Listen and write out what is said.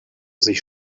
sich